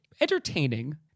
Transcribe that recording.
entertaining